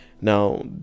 Now